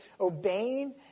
obeying